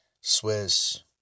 Swiss